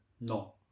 No